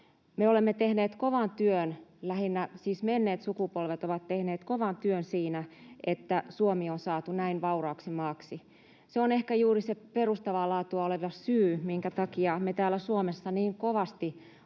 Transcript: Me olemme tehneet kovan työn, siis menneet sukupolvet ovat tehneet kovan työn siinä, että Suomi on saatu näin vauraaksi maaksi. Se on ehkä juuri se perustavaa laatua oleva syy, minkä takia me täällä Suomessa niin kovasti